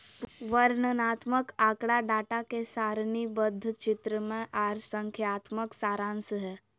वर्णनात्मक आँकड़ा डाटा के सारणीबद्ध, चित्रमय आर संख्यात्मक सारांश हय